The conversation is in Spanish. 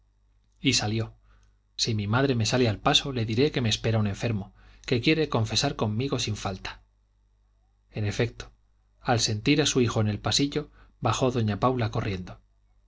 y salió si mi madre me sale al paso le diré que me espera un enfermo que quiere confesar conmigo sin falta en efecto al sentir a su hijo en el pasillo bajó doña paula corriendo